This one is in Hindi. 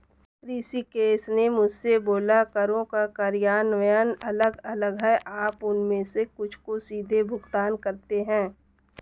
ऋषिकेश ने मुझसे बोला करों का कार्यान्वयन अलग अलग है आप उनमें से कुछ को सीधे भुगतान करते हैं